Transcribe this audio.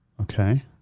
Okay